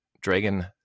Dragon